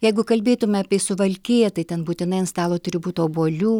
jeigu kalbėtume apie suvalkiją tai ten būtinai ant stalo turi būt obuolių